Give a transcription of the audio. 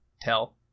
tell